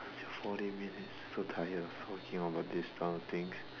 forty minutes so tired of talking about this kind of things